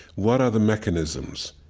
what are the mechanisms?